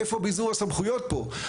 איפה ביזור הסמכויות פה?